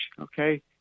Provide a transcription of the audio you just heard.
okay